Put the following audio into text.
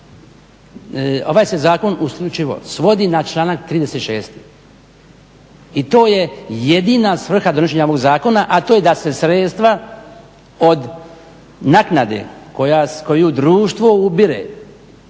Ovaj se Zakon isključivo svodi na članak 36. I to je jedina svrha donošenja ovoga zakona a to je da se sredstva od naknade koju društvo ubire